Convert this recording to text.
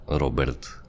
robert